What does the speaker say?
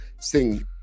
Sing